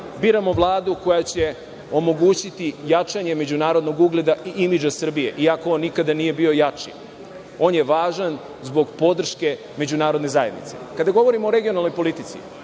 biramo Vladu koja će omogućiti jačanje međunarodnog ugleda i imidža Srbije, iako on nikada nije bio jači. On je važan zbog podrške međunarodne zajednice. Kada govorimo o regionalnoj politici,